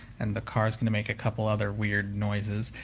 and the car's gonna make a couple other weird noises.